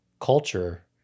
culture